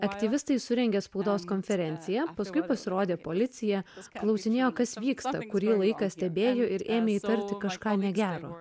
aktyvistai surengė spaudos konferenciją paskui pasirodė policija klausinėjo kas vyksta kurį laiką stebėjo ir ėmė įtarti kažką negero